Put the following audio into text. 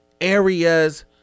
areas